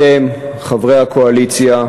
אתם, חברי הקואליציה,